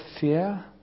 fear